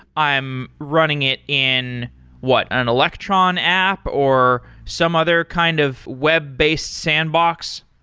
i am running it in what? an electron app or some other kind of web-based sandbox?